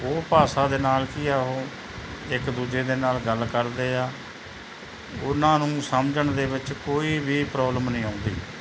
ਉਹ ਭਾਸ਼ਾ ਦੇ ਨਾਲ ਕੀ ਆ ਉਹ ਇੱਕ ਦੂਜੇ ਦੇ ਨਾਲ ਗੱਲ ਕਰਦੇ ਆ ਉਹਨਾਂ ਨੂੰ ਸਮਝਣ ਦੇ ਵਿੱਚ ਕੋਈ ਵੀ ਪ੍ਰੋਬਲਮ ਨਹੀਂ ਆਉਂਦੀ